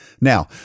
Now